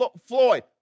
Floyd